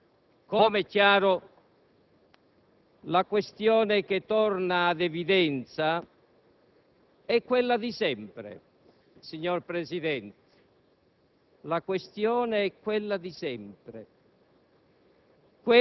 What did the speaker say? quello che sta nella mia preferenza, che vive la propria fede come un libero impegno della sua coscienza, non già,